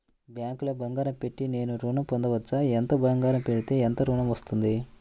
బ్యాంక్లో బంగారం పెట్టి నేను ఋణం పొందవచ్చా? ఎంత బంగారం పెడితే ఎంత ఋణం వస్తుంది?